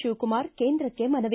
ಶಿವಕುಮಾರ್ ಕೇಂದ್ರಕ್ಷೆ ಮನವಿ